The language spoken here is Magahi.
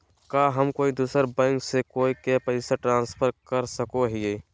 का हम कोई दूसर बैंक से कोई के पैसे ट्रांसफर कर सको हियै?